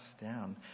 down